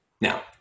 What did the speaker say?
Now